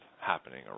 happening